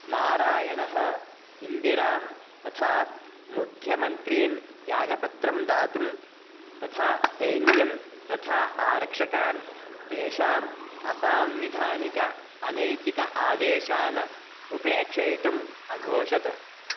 नारायणः इन्दिराम् तथा मुख्यमन्त्रिणः त्यागपत्रं दातुं तथा सैन्यं तथा आरक्षकान् तेषाम् असांविधानिक अनैतिकान् आदेशान् उपेक्षयितुम् अघोषत्